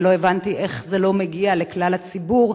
ולא הבנתי איך זה לא מגיע לכלל הציבור,